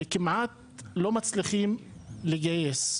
וכמעט לא מצליחים לגייס.